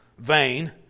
Vain